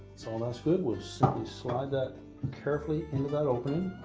so um that's good, we'll simply slide that carefully into that opening.